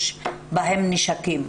יש בהן נשקים?